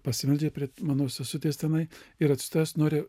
pasimeldžia prie mano sesutės tenai ir atsistojęs nori